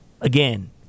Again